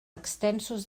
extensos